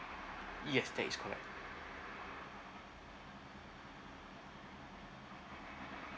yes that is correct